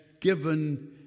given